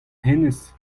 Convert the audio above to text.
hennezh